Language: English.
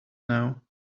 now